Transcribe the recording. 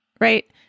right